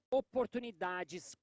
oportunidades